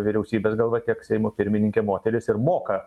vyriausybės galva tiek seimo pirmininkė moteris ir moka